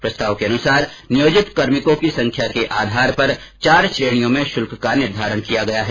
प्रस्ताव के अनुसार नियोजित कार्मिकों की संख्या के आधार पर चार श्रेणियों में शुल्क का निर्धारण किया गया है